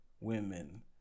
women